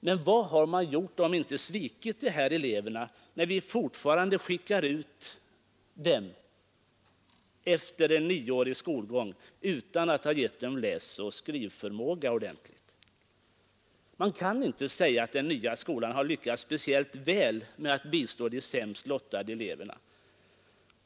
Men vad har man gjort om inte svikit dessa elever när vi fortfarande skickar ut många av dem i livet efter en nioårig skolgång utan att ha gett dem ordentlig läsoch skrivförmåga. Man kan inte säga att den nya skolan har lyckats speciellt väl med att bistå de sämst lottade eleverna.